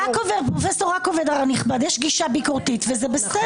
לפרופ' רקובר הנכבד יש גישה ביקורתית וזה בסדר.